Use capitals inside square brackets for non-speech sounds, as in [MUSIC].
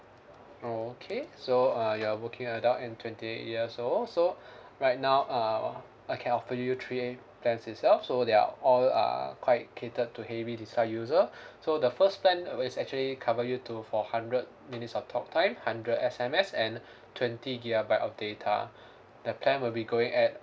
oh okay so uh you're working adult and twenty eight years old so [BREATH] right now uh I can offer you three plans itself so they're all uh quite catered to heavy data user [BREATH] so the first plan uh is actually cover you to for hundred minutes of talk time hundred S_M_S and twenty gigabyte of data the plan will be going at